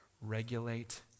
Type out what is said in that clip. regulate